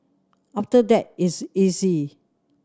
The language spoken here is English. after that it's easy